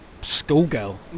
schoolgirl